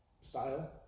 style